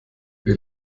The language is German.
wir